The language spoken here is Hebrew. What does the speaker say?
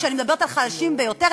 וכשאני מדברת על החלשים ביותר,